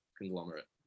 conglomerate